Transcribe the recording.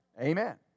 Amen